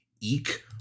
Eek